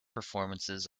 performances